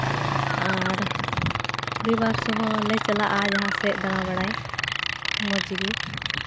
ᱟᱨ ᱯᱚᱨᱤᱵᱟᱨ ᱥᱚᱦᱚ ᱞᱮ ᱪᱟᱞᱟᱜᱼᱟ ᱡᱟᱦᱟᱸ ᱥᱮᱜ ᱫᱟᱬᱟ ᱵᱟᱲᱟᱭ ᱢᱚᱡᱽ ᱜᱮ